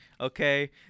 okay